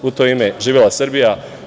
U to ime, živela Srbija!